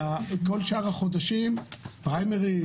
בכל שאר החודשים פריימריז,